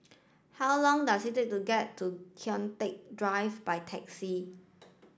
how long does it take to get to Kian Teck Drive by taxi